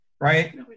right